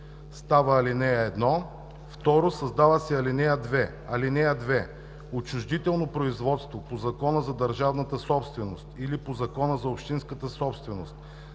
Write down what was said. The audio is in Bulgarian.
става ал. 1. 2. Създава се ал. 2: „(2) Отчуждително производство по Закона за държавната собственост или по Закона за общинската собственост,